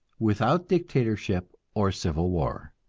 without dictatorship or civil war.